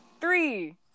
three